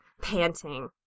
panting